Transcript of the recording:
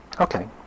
Okay